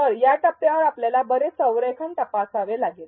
तर या टप्प्यावर आपल्याला बरेच संरेखन तपासावे लागेल